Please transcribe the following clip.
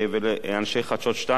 ולאנשי "חדשות 2",